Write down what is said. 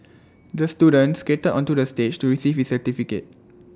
the student skated onto the stage to receive his certificate